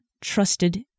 trusted